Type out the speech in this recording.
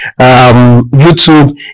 YouTube